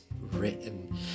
written